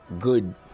good